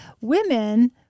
women